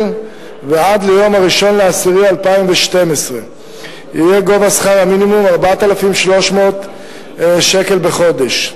ועד יום 1 באוקטובר 2012 יהיה גובה שכר המינימום 4,300 שקל בחודש.